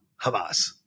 Hamas